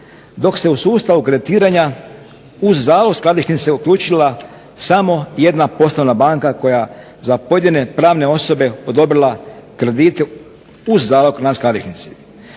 Dok se u sustavu kreditiranja u zalog skladišnice uključila samo jedna poslovna banka koja je za pojedine pravne osobe odobrila kredit uz zalog na skladišnici.